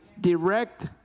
direct